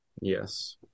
Yes